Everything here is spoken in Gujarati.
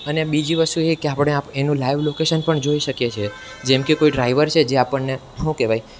અને બીજી વસ્તુ એ કે આપણે એનું લાઈવ લોકેસન પણ જોઈએ શકીએ છીએ જેમકે કોઈ ડ્રાઈવર છે જે આપણને શું કહેવાય